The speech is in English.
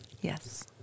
yes